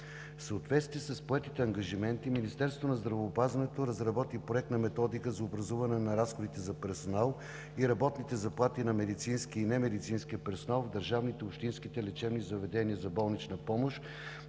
съответствие с поетите ангажименти Министерството на здравеопазването разработи Проект на Методика за образуване на разходите за персонал и работните заплати на медицинския и немедицинския персонал в държавните и общинските лечебни заведения за болнична помощ,